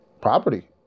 Property